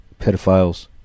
pedophiles